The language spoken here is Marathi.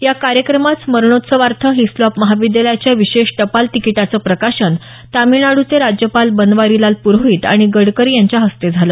या कार्यक्रमात स्मरोणोत्सवार्थ हिस्लॉप महाविदयालयाच्या विशेष टपाल तिकीटाचं प्रकाशन तामिळनाडूचे राज्यपाल बनवारीलाल प्रोहित आणि गडकरी यांच्या हस्ते झालं